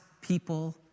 people